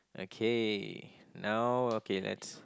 okay now okay let's